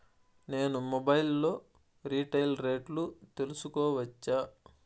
నేను మొబైల్ లో రీటైల్ రేట్లు తెలుసుకోవచ్చా?